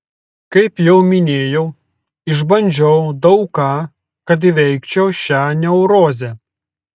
kaip jau minėjau išbandžiau daug ką kad įveikčiau šią neurozę